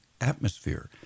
atmosphere